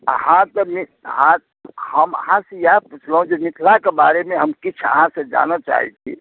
अहाँ तऽ अहाँ हम अहाँ सॅं इएह पुछलहुॅं जे मिथिलाक बारे मे हम किछु अहाँ सॅं जानय चाहै छी